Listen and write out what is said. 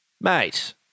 Mate